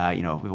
ah you know,